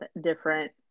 different